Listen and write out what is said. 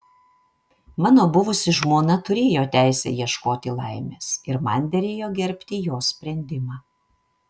mano buvusi žmona turėjo teisę ieškoti laimės ir man derėjo gerbti jos sprendimą